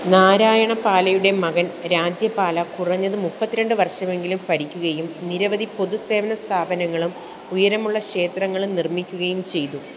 നാരായണപാലയുടെ മകൻ രാജ്യപാല കുറഞ്ഞത് മുപ്പത്തിരണ്ട് വർഷമെങ്കിലും ഭരിക്കുകയും നിരവധി പൊതുസേവന സ്ഥാപനങ്ങളും ഉയരമുള്ള ക്ഷേത്രങ്ങളും നിർമ്മിക്കുകയും ചെയ്തു